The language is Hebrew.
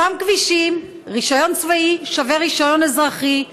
באותם כבישים רישיון צבאי שווה רישיון אזרחי.